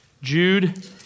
Jude